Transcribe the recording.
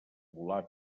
volar